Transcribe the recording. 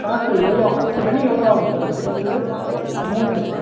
காசு எவ்வளோ ஆகும் மனி எவ்வளோ ஆகும் சார் இந்த போனுக்கு அமௌண்ட்